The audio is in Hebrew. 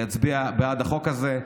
מחברי הכנסת להצביע בעד החוק הזה.